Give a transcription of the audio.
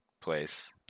place